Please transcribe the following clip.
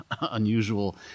unusual